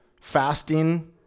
fasting